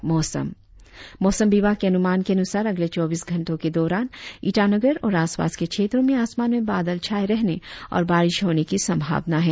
और अब मौसम मौसम विभाग के अनुमान के अनुसार अगले चौबीस घंटो के दौरान ईटानगर और आसपास के क्षेत्रो में आसमान में बादल छाये रहने और बारिश होने की संभावना है